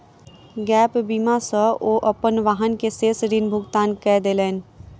gap बीमा सॅ ओ अपन वाहन के शेष ऋण भुगतान कय देलैन